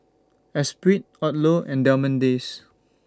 Esprit Odlo and Diamond Days